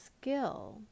skill